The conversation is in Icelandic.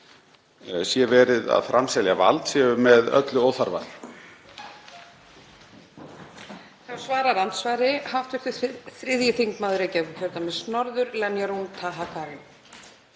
sé verið að framselja vald séu með öllu óþarfar.